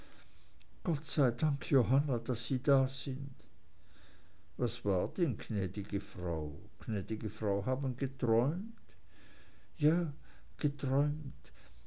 gott sei dank johanna daß sie da sind was war denn gnäd'ge frau gnäd'ge frau haben geträumt ja geträumt